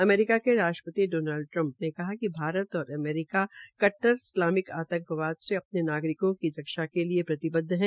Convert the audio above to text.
America के राष्ट्रपति Donald Trump ने कहा कि भारत और अमेरिका कट्टर इस्लामिक आतंकवाद से अपने नागरिकों की रक्षा के लिए प्रतिबदव है